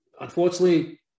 unfortunately